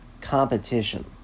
competition